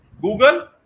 Google